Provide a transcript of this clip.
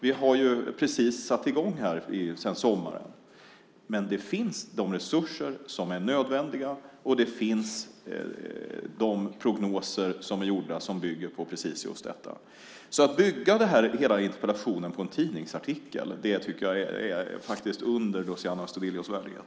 Vi har ju precis satt i gång sedan sommaren. Men de resurser som är nödvändiga finns, och de prognoser som är gjorda bygger på just detta. Att bygga hela interpellationen på en tidningsartikel tycker jag faktiskt är under Luciano Astudillos värdighet.